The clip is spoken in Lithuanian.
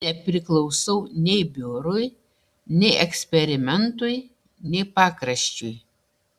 nepriklausau nei biurui nei eksperimentui nei pakraščiui